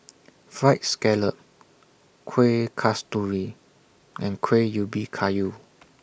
Fried Scallop Kueh Kasturi and Kuih Ubi Kayu